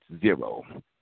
zero